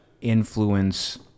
influence